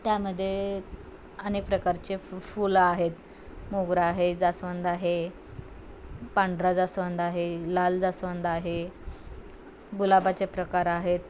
त्यामध्ये अनेक प्रकारचे फ फुलं आहेत मोगरा आहे जास्वंद आहे पांढरा जास्वंद आहे लाल जास्वंद आहे गुलाबाचे प्रकार आहेत